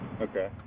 Okay